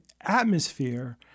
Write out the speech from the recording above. atmosphere